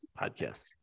podcast